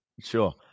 sure